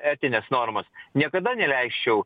etines normas niekada neleisčiau